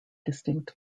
distinct